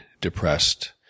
depressed